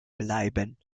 bleiben